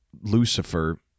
Lucifer